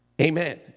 Amen